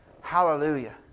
Hallelujah